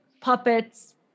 puppets